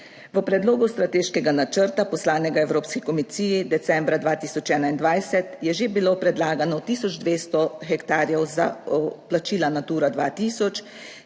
V predlogu strateškega načrta, poslanega Evropski komisiji decembra 2021, je že bilo predlagano 1200 hektarjev za plačila Natura 2000,